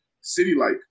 city-like